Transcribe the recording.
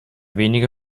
wenige